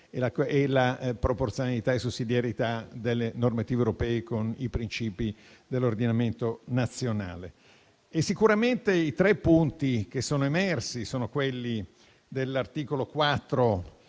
e la proporzionalità e sussidiarietà delle normative europee con i princìpi dell'ordinamento nazionale. Sicuramente i tre punti che sono emersi sono quelli relativi all'articolo 4